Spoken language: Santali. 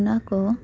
ᱚᱱᱟ ᱠᱚ